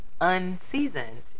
unseasoned